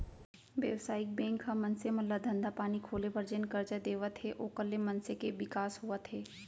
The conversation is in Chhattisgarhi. बेवसायिक बेंक ह मनसे मन ल धंधा पानी खोले बर जेन करजा देवत हे ओखर ले मनसे के बिकास होवत हे